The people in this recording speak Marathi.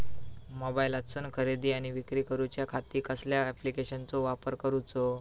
मोबाईलातसून खरेदी आणि विक्री करूच्या खाती कसल्या ॲप्लिकेशनाचो वापर करूचो?